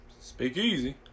Speakeasy